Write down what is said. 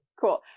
Cool